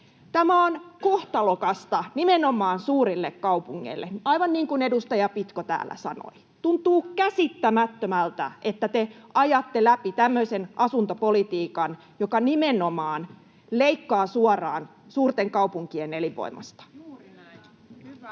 Tämä on kohtalokasta nimenomaan suurille kaupungeille, aivan niin kuin edustaja Pitko täällä sanoi. Tuntuu käsittämättömältä, että te ajatte läpi tämmöisen asuntopolitiikan, joka nimenomaan leikkaa suoraan suurten kaupunkien elinvoimasta. [Vasemmalta: